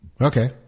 Okay